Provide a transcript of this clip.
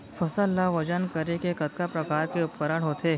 फसल ला वजन करे के कतका प्रकार के उपकरण होथे?